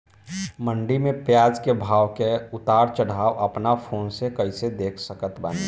मंडी मे प्याज के भाव के उतार चढ़ाव अपना फोन से कइसे देख सकत बानी?